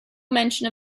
mention